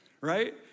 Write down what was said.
Right